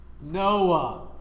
Noah